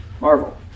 Marvel